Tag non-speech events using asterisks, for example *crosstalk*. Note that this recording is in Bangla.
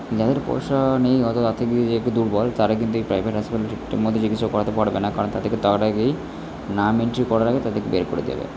যাদের পয়সা নেই অতোএব আর্থিক দিক থেকে যারা একটু দুর্বল তারা কিন্তু এই প্রাইভেট হসপিটাল *unintelligible* চিকিৎসা করাতে পারবে না কারণ তাদেরকে তার আগেই নাম এন্ট্রি করার আগে তাদেরকে বের করে দেবে